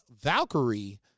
Valkyrie